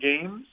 games